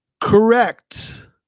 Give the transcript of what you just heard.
Correct